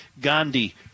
Gandhi